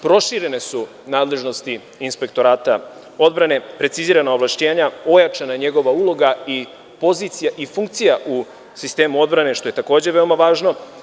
Proširene su i nadležnosti Inspektorata odbrane, precizirana ovlašćenja, ojačana njegova uloga i pozicija i funkcija u sistemu odbrane, što je takođe veoma važno.